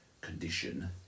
condition